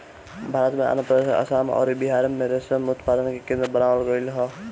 भारत में आंध्रप्रदेश, आसाम अउरी बिहार में रेशम उत्पादन के केंद्र बनावल गईल ह